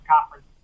Conference